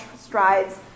strides